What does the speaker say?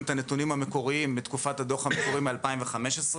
את הנתונים המקוריים בתקופת הדוח המקורי מ-2015,